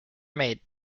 made